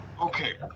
okay